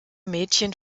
mädchen